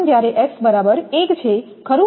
તેથી જ્યારે x બરાબર 1 છે ખરું